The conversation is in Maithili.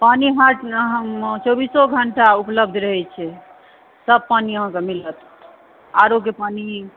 पानी हँ चौबीसो घण्टा उपलब्ध रहै छै सब पानी अहाँकेॅं मिलत आरओके पानी